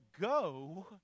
go